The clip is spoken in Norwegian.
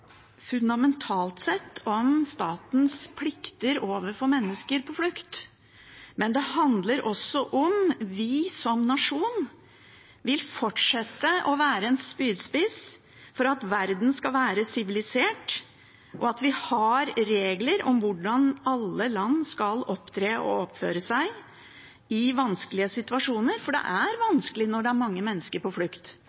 også om hvorvidt vi som nasjon vil fortsette å være en spydspiss for at verden skal være sivilisert, og om at vi har regler om hvordan alle land skal opptre og oppføre seg i vanskelige situasjoner. For det er